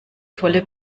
tolle